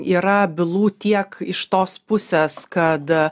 yra bylų tiek iš tos pusės kad a